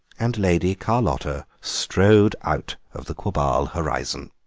and lady carlotta strode out of the quabarl horizon.